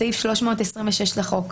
בסעיף 326 לחוק.